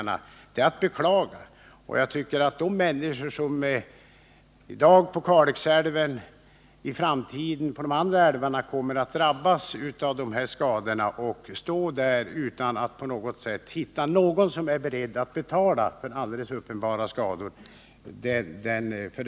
Men jag anser att vi måste genomföra den med hänsyn till de människor som i dag drabbas av dessa skador vid Kalix älv — och som i framtiden kommer att drabbas vid de andra älvarna — utan att hitta någon som är beredd att betala för alldeles uppenbara skador.